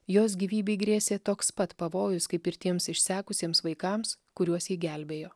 jos gyvybei grėsė toks pat pavojus kaip ir tiems išsekusiems vaikams kuriuos ji gelbėjo